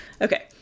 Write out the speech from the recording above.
Okay